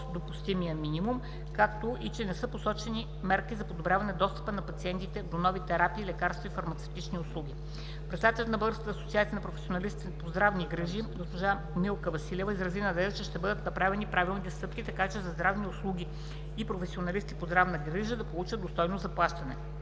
допустимия минимум, както и че не са посочени мерки за подобряване достъпа на пациентите до нови терапии, лекарства и фармацевтични услуги. Председателят на Българска асоциация на професионалисти по здравни грижи госпожа Милка Василева изрази надежда, че ще бъдат направени правилните стъпки, така че за здравни услуги и професионалисти по здравна грижи да получат достойно заплащане.